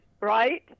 right